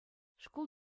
шкул